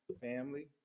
Family